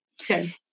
Okay